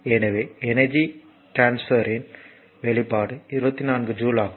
எனவே energy transfer ன் வெளிப்பாடு 24 ஜூல் ஆகும்